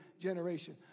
generation